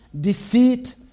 deceit